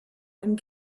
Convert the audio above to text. and